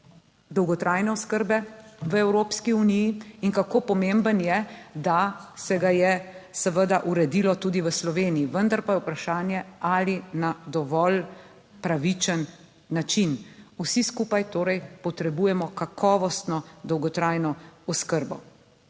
dolgotrajne oskrbe v Evropski uniji in kako pomemben je, da se ga je seveda uredilo tudi v Sloveniji, vendar pa je vprašanje, ali na dovolj pravičen način. Vsi skupaj torej potrebujemo kakovostno, dolgotrajno oskrbo.